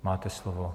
Máte slovo.